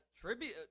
tribute